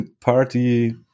party